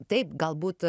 taip galbūt